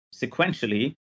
sequentially